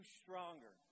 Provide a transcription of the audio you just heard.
stronger